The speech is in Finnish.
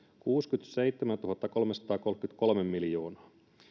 kuusikymmentäseitsemäntuhattakolmesataakolmekymmentäkolme miljoonaa